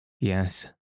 Yes